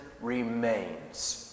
remains